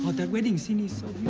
that wedding scene is